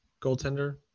goaltender